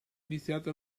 iniziato